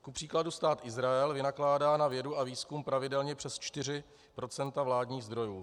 Kupříkladu Stát Izrael vynakládá na vědu a výzkum pravidelně přes 4 % vládních zdrojů.